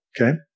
okay